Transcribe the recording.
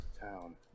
town